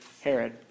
Herod